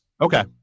Okay